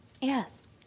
Yes